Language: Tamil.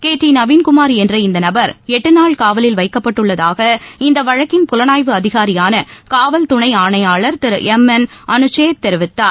கே டி நவீன்குமார் என்ற இந்த நபர் எட்டு நாள் காவலில் வைக்கப்பட்டுள்ளதாக இந்த வழக்கின் புலனாய்வு அதிகாரியான காவல் துணை ஆணையாளர் திரு எம் என் அனுசேத் தெரிவித்தார்